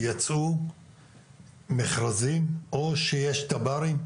יצאו מכרזים או שיש תב"רים?